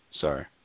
Sorry